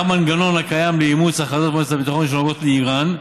גם המנגנון הקיים לאימוץ הכרזות מועצת הביטחון שנוגעות לאיראן,